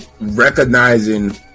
Recognizing